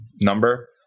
number